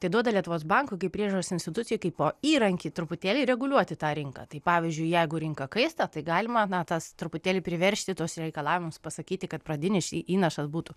tai duoda lietuvos bankų priežiūros institucijai kaipo įrankį truputėlį reguliuoti tą rinką tai pavyzdžiui jeigu rinka kaista tai galima na tas truputėlį priveržti tuos reikalavimus pasakyti kad pradinis įnašas būtų